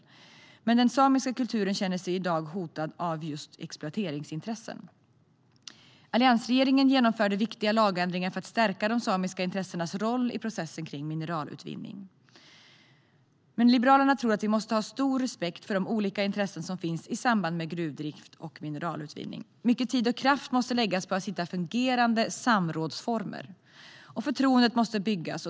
Men inom den samiska kulturen känner man sig i dag hotad av exploateringsintressen. Alliansregeringen genomförde viktiga lagändringar för att stärka de samiska intressenas roll i processen runt mineralutvinning. Men Liberalerna tror att vi måste visa stor respekt för de olika intressen som finns i samband med gruvdrift och mineralutvinning. Mycket tid och kraft måste läggas på att finna fungerande samrådsformer. Förtroende måste byggas.